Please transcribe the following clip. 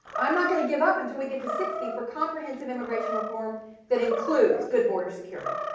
i'm not going to give up until we get to sixty for comprehensive immigration reform that includes good border security.